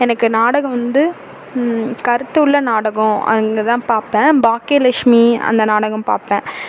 எனக்கு நாடகம் வந்து கருத்துள்ள நாடகம் அங்கே தான் பார்ப்பேன் பாக்கியலட்சுமி அந்த நாடகம் பார்ப்பேன்